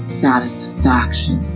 satisfaction